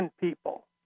people